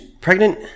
Pregnant